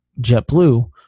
JetBlue